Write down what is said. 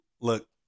Look